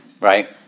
Right